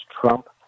Trump